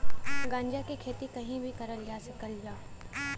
गांजा क खेती कहीं भी करल जा सकला